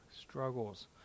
struggles